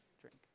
Drink